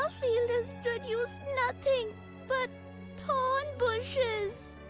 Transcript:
field has produced nothing but thorn bushes!